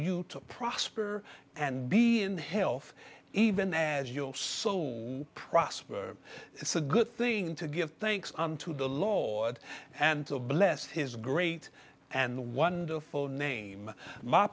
you to prosper and be in health even as your soul prosper it's a good thing to give thanks unto the law and to bless his great and wonderful name my